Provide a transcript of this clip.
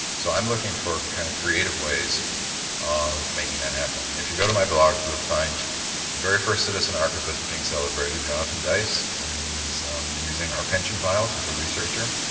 so i'm looking for kind of creative ways of making that happen. if you go to my blog, you'll find the very first citizen archivist being celebrated, jonathan dice, who is using our pension files, he is a researcher,